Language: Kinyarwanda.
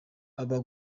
aba